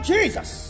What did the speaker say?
Jesus